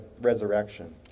resurrection